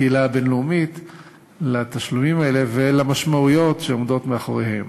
בקהילה הבין-לאומית לתשלומים האלה ולמשמעויות שעומדות מאחוריהם.